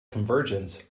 convergence